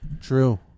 True